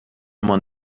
مان